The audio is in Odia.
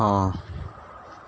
ହଁ